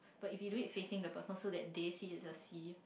but if you do it facing the person so that they see it's a C